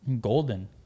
golden